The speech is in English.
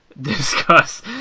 discuss